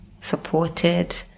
supported